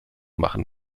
machen